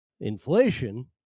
inflation